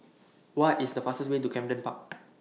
What IS The fastest Way to Camden Park